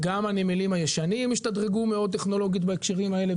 גם הנמלים הישנים השתדרגו מאוד מבחינה טכנולוגית בהקשרים האלה,